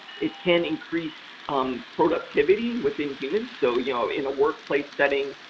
it can increase um productivity within humans. so, you know in a workplace setting,